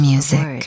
Music